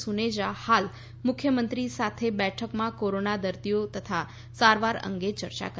સુનેજા ફાલ મુખ્યમંત્રી સાથે બેઠકમાં કોરોના દર્દીઓ તથા સારવાર અંગે ચર્ચા કરી રહ્યા છે